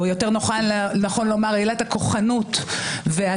או יותר נכון לומר עילת הכוחנות והשררה,